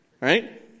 right